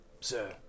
sir